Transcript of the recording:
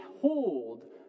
hold